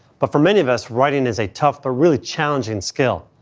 but for many of us, writing is a tough but really challenging skill.